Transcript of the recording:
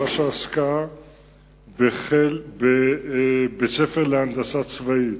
שעסקה בנושא הרופאים בבית-ספר להנדסה צבאית.